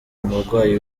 umurwayi